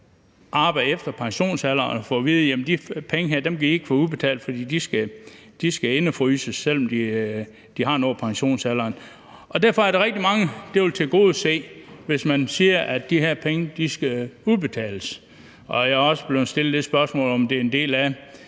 arbejder efter pensionsalderen og har fået at vide, at de ikke kan få de penge udbetalt, fordi de skal indefryses, selv om de har nået pensionsalderen. Derfor er der rigtig mange, det vil tilgodese, hvis man siger, at de her penge skal udbetales. Jeg er blevet stillet det spørgsmål, om det er en del af